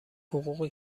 حقوقی